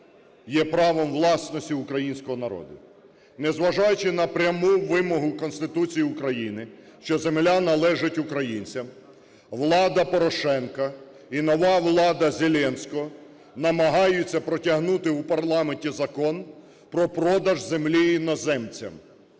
є правом власності українського народу. Незважаючи на пряму вимогу Конституції України, що земля належить українцям, влада Порошенка і нова влада Зеленського намагаються протягнути в парламенті закон про продаж землі іноземцям.